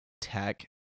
tech